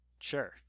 Sure